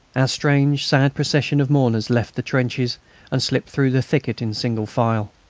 our strange, sad procession of mourners left the trenches and slipped through the thicket in single file.